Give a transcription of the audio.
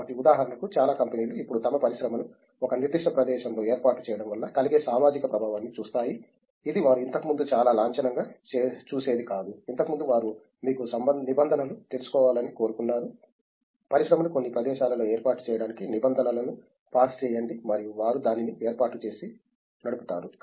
కాబట్టి ఉదాహరణకు చాలా కంపెనీలు ఇప్పుడు తమ పరిశ్రమను ఒక నిర్దిష్ట ప్రదేశంలో ఏర్పాటు చేయడం వల్ల కలిగే సామాజిక ప్రభావాన్ని చూస్తాయి ఇది వారు ఇంతకుముందు చాలా లాంఛనంగా చూసేది కాదు ఇంతకుముందు వారు మీకు నిబంధనలు తెలుసుకోవాలని కోరుకున్నారు పరిశ్రమను కొన్ని ప్రదేశాలలో ఏర్పాటు చేయడానికి నిబంధనలను పాస్ చేయండి మరియు వారు దానిని ఏర్పాటు చేసి నడుపుతారు